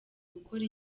gukora